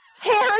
hair